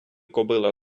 кобила